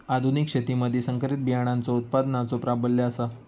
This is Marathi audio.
आधुनिक शेतीमधि संकरित बियाणांचो उत्पादनाचो प्राबल्य आसा